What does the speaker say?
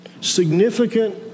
significant